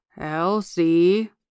Elsie